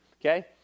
okay